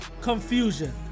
confusion